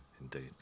indeed